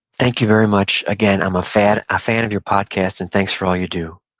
thank you very much. again, i'm a fan, a fan of your podcast, and thanks for all you do.